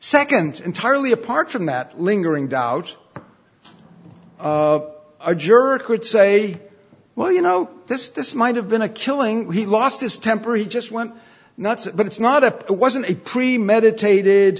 second entirely apart from that lingering doubt or jerk could say well you know this this might have been a killing he lost his temper he just went nuts but it's not a it wasn't a premeditated